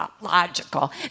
logical